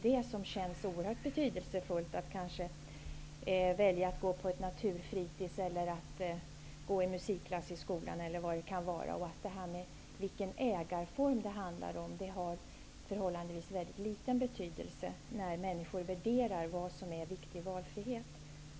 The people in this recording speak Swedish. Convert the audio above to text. Det som känns oerhört betydelsefullt är att kunna välja att gå på ett naturfritids, i en musikklass i skolan, osv. Ägarformen har förhållandevis liten betydelse när människor värderar vad som är viktig valfrihet.